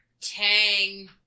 Tang